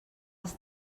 els